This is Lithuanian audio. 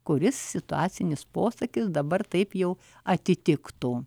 kuris situacinis posakis dabar taip jau atitiktų